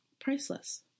priceless